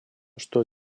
что